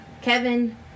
Kevin